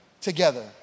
together